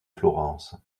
florence